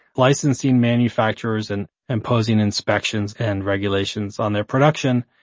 licensing manufacturers and imposing inspections and regulations on their production.